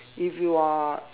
if you are